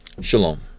Shalom